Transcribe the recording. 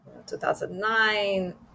2009